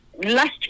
Last